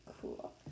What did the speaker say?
cool